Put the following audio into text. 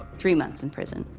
three months in prison,